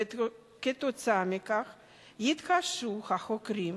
וכתוצאה מכך יתקשו החוקרים